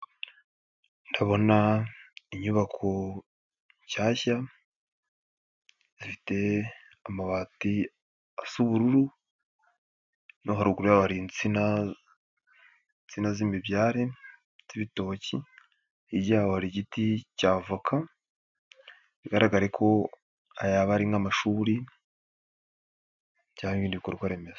Ndabona inyubako nshyashya, zifite amabati asa ubururu, naho haruguru insina z'imibyari n'ibitoki, hirya yaho igiti cya avoka, bigaraga ko yaba ari nk'amashuri cyangwa ib'indi bikorwa remezo.